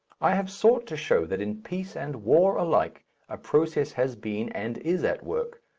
i have sought to show that in peace and war alike a process has been and is at work,